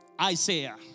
Isaiah